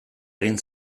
egin